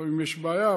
לפעמים יש בעיה,